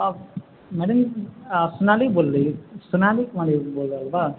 आप मैडम आप सोनाली बोल रही हैँ सोनाली कुमारी बोल रहल बा